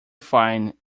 fine